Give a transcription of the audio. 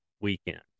weekend